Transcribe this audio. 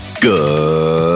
Good